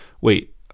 wait